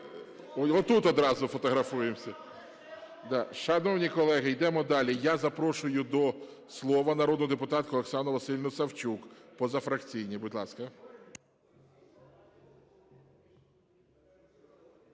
Отут одразу фотографуємось. Шановні колеги, йдемо далі. Я запрошую до слова народну депутатку Оксану Василівну Савчук, позафракційна. Будь ласка.